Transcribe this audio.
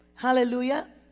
Hallelujah